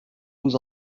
vous